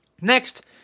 Next